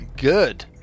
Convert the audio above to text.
good